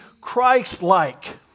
Christ-like